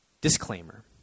Disclaimer